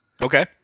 Okay